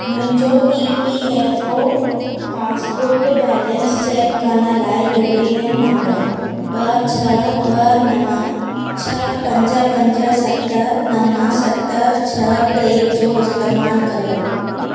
मुंहिंजो E P F O passbook balance check करण लाइ यू ए एन नंबर ॿ छह ॿ नव छह पंज पंज सत नव सत छह टे जो इस्तेमालु करियो